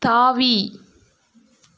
தாவி